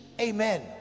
amen